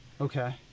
Okay